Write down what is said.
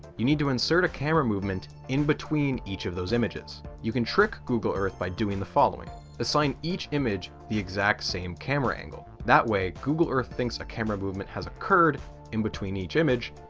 you need to insert a camera movement in between each of those images. you can trick google earth by doing the following assign each image the exact same camera angle. that way, google earth thinks a camera movement has occurred in between each image,